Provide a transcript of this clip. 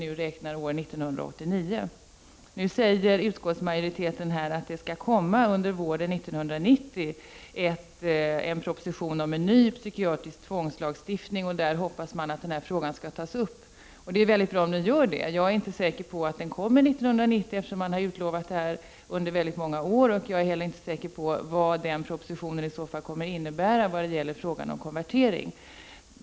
Utskottsmajoriteten säger att under våren 1990 en proposition skall läggas fram om en ny psykiatrisk tvångslagstiftning. Man hoppas att denna fråga skall tas upp där. Det är mycket bra om så sker. Jag är dock inte säker på att propositionen kommer år 1990, eftersom man har utlovat det under många år. Jag är heller inte säker på vad den propositionen i så fall skulle komma att innebära när det gäller frågan om konvertering.